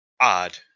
odd